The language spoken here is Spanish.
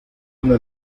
una